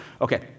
Okay